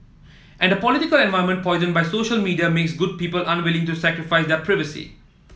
and political environment poisoned by social media makes good people unwilling to sacrifice their privacy